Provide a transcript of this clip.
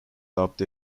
dubbed